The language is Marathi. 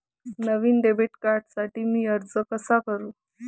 नवीन डेबिट कार्डसाठी मी अर्ज कसा करू?